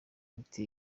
imiti